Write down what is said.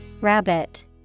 Rabbit